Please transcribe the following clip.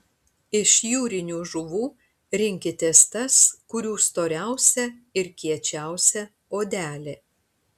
iš jūrinių žuvų rinkitės tas kurių storiausia ir kiečiausia odelė